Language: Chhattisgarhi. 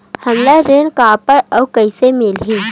हमला ऋण काबर अउ कइसे मिलही?